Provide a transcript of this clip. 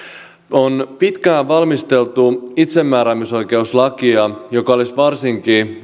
on pitkään valmisteltu itsemääräämisoikeuslakia joka olisi varsinkin